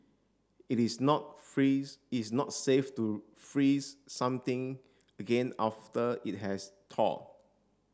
it is not freeze it is not safe to freeze something again after it has thawed